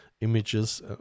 images